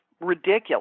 ridiculous